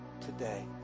today